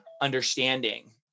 understanding